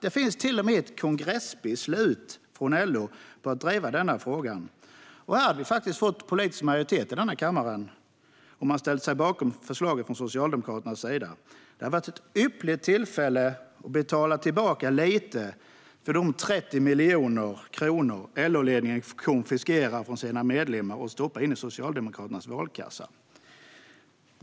Det finns till och med ett kongressbeslut från LO om att driva denna fråga, och vi hade faktiskt fått politisk majoritet här i kammaren om man från Socialdemokraternas sida hade ställt sig bakom förslaget. Det hade varit ett ypperligt tillfälle att ge tillbaka lite för de 30 miljoner kronor som LO-ledningen konfiskerar från sina medlemmar och stoppar in i Socialdemokraternas valkassa.